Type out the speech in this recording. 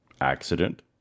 accident